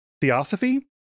theosophy